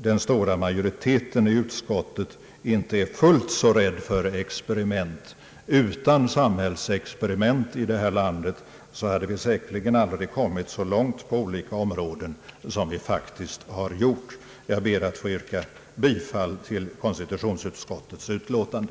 den stora majoriteten i utskottet inte är fullt så rädd för experiment. Utan samhällsexperiment i detta land hade vi säkerligen aldrig kommit så långt på olika områden som vi faktiskt har gjort. Jag ber att få yrka bifall till konstitutionsutskottets utlåtande.